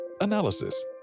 analysis